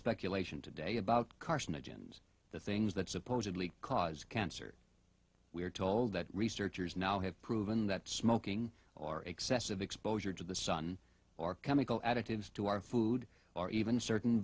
speculation today about carcinogens the things that supposedly cause cancer we're told that researchers now have proven that smoking or excessive exposure to the sun or chemical additives to our food or even certain